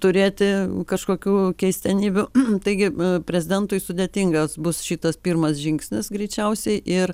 turėti kažkokių keistenybių taigi prezidentui sudėtingas bus šitas pirmas žingsnis greičiausiai ir